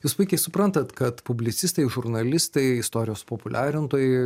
jūs puikiai suprantat kad publicistai žurnalistai istorijos populiarintojai